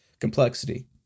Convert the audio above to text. complexity